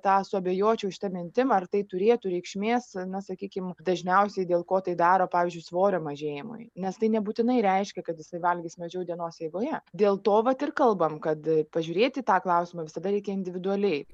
ta suabejočiau šita mintim ar tai turėtų reikšmės na sakykim dažniausiai dėl ko tai daro pavyzdžiui svorio mažėjimui nes tai nebūtinai reiškia kad jisai valgys mažiau dienos eigoje dėl to vat ir kalbam kad pažiūrėti į tą klausimą visada reikia individualiai